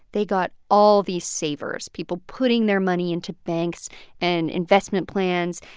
they got all these savers people putting their money into banks and investment plans.